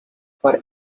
for